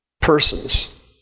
persons